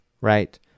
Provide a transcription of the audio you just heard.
right